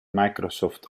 microsoft